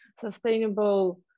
sustainable